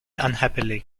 unhappily